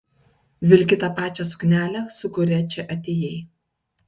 vilki tą pačią suknelę su kuria čia atėjai